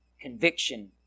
Conviction